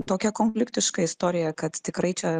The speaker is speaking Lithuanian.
tokią konfliktišką istoriją kad tikrai čia